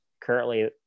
currently –